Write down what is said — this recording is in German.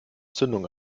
zündung